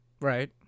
Right